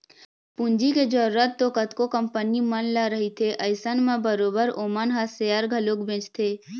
पूंजी के जरुरत तो कतको कंपनी मन ल रहिथे अइसन म बरोबर ओमन ह सेयर घलोक बेंचथे